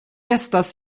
estas